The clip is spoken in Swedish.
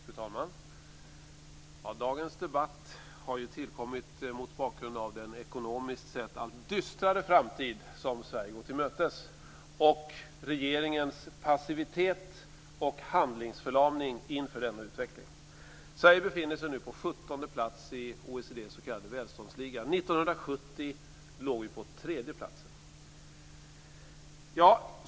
Fru talman! Dagens debatt har tillkommit mot bakgrund av den ekonomiskt sett allt dystrare framtid som Sverige går till mötes och regeringens passivitet och handlingsförlamning inför denna utveckling. Sverige befinner sig nu på 17:e plats i OECD:s s.k. välståndsliga. 1970 låg vi på tredje plats.